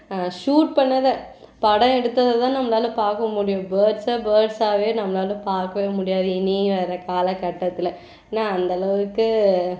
shoot பண்ணதை படம் எடுத்ததில்தான் நம்மளால் பார்க்க முடியும் பேர்ட்ஸை பேர்ட்ஸாகவே நம்மளால் பார்க்கவே முடியாது இனி வர்ற காலகட்டத்தில் ஏன்னால் அந்தளவுக்கு